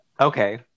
Okay